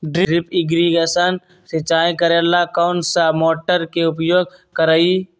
Drip irrigation सिंचाई करेला कौन सा मोटर के उपयोग करियई?